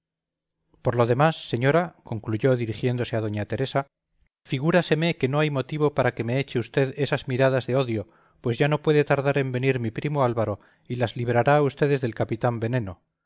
por lo demás señora concluyó dirigiéndose a da teresa figúraseme que no hay motivo para que me eche usted esas miradas de odio pues ya no puede tardar en venir mi primo álvaro y las librará a ustedes del capitán veneno